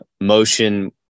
motion